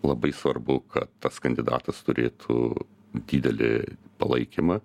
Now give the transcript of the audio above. labai svarbu kad tas kandidatas turėtų didelį palaikymą